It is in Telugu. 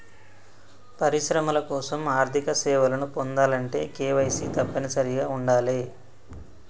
పరిశ్రమల కోసం ఆర్థిక సేవలను పొందాలంటే కేవైసీ తప్పనిసరిగా ఉండాలే